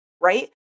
right